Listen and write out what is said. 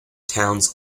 towns